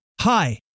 Hi